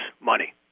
money